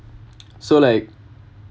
so like